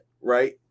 Right